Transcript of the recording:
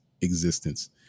existence